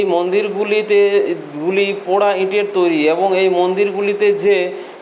এই মন্দিরগুলিতে গুলি পোড়া ইটের তৈরি এবং এই মন্দিরগুলিতে যে